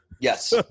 Yes